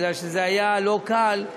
בגלל שזה היה לא קל.